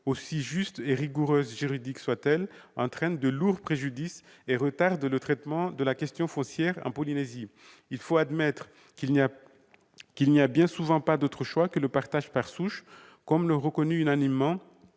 aussi juste et juridiquement rigoureuse soit-elle, entraîne de lourds préjudices et retarde le traitement de la question foncière en Polynésie. Il faut admettre qu'il n'y a bien souvent pas d'autre choix que le partage par souche, comme l'ont unanimement